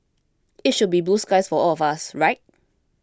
it should be blue skies for all of us right